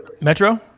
Metro